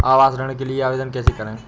आवास ऋण के लिए आवेदन कैसे करुँ?